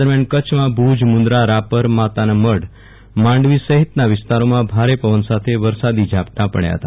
દરમ્યાન કચ્છમાં ભુજમુંદરારાપરમાતાનામઢમાંડવી સહિતના વિસ્તારોમાં ભારે પવન સાથે વરસાદી ઝાપટા પડયા હતા